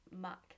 Mac